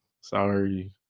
Sorry